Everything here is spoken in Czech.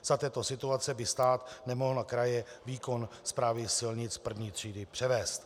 Za této situace by stát nemohl na kraje výkon správy silnic první třídy převést.